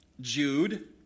Jude